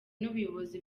n’ubuyobozi